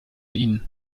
ihnen